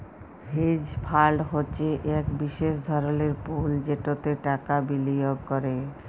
hedge fund হছে ইক বিশেষ ধরলের পুল যেটতে টাকা বিলিয়গ ক্যরে